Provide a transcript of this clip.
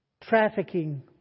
trafficking